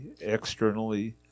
externally